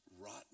rotten